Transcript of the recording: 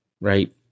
right